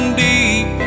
deep